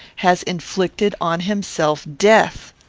has inflicted on himself death!